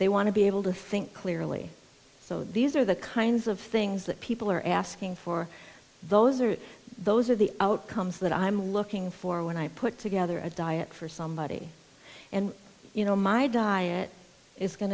they want to be able to think clearly so these are the kinds of things that people are asking for those are those are the outcomes that i'm looking for when i put together a diet for somebody and you know my diet is going